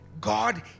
God